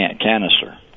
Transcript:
canister